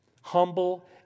humble